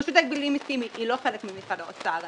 רשות ההגבלים העסקיים היא לא חלק ממשרד האוצר.